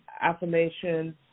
affirmations